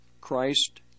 Christ